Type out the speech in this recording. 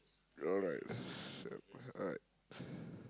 alright (pb) alright